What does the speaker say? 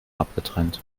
abgetrennt